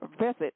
Visit